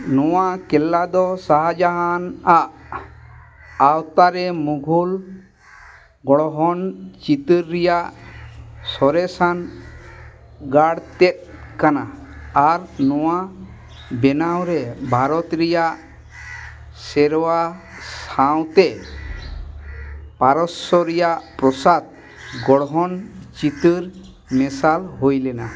ᱱᱚᱣᱟ ᱠᱮᱞᱞᱟ ᱫᱚ ᱥᱟᱦᱟᱡᱟᱦᱟᱱ ᱟᱜ ᱟᱣᱛᱟ ᱨᱮ ᱢᱩᱜᱷᱳᱞ ᱜᱚᱲᱦᱚᱱ ᱪᱤᱛᱟᱹᱨ ᱨᱮᱭᱟᱜ ᱥᱚᱨᱮᱥᱟᱱ ᱜᱟᱲᱛᱮᱫ ᱠᱟᱱᱟ ᱟᱨ ᱱᱚᱣᱟ ᱵᱮᱱᱟᱣ ᱨᱮ ᱵᱷᱟᱨᱚᱛ ᱨᱮᱭᱟᱜ ᱥᱮᱨᱚᱣᱟ ᱥᱟᱶᱛᱮ ᱯᱟᱨᱚᱥᱥᱚ ᱨᱮᱭᱟᱜ ᱯᱨᱟᱥᱟᱫᱽ ᱜᱚᱲᱦᱚᱱ ᱪᱤᱛᱟᱹᱨ ᱢᱮᱥᱟᱞ ᱦᱩᱭ ᱞᱮᱱᱟ